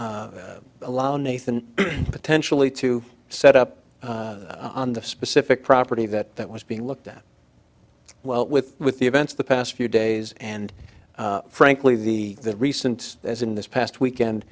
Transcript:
allow nathan potentially to set up on the specific property that that was being looked at well with with the events of the past few days and frankly the recent as in this past weekend